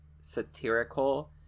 satirical